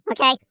okay